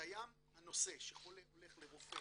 קיים הנושא שחולה הולך לרופא